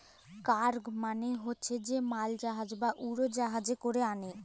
cargo মালে হছে যে মালজাহাজ বা উড়জাহাজে ক্যরে আলে